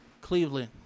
Cleveland